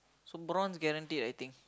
so bronze guaranteed I think